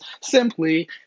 simply